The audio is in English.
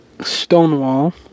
Stonewall